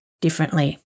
differently